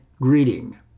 greeting